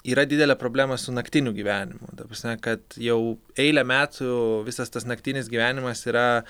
yra didelė problema su naktiniu gyvenimu ta prasme kad jau eilę metų visas tas naktinis gyvenimas yra